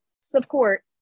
support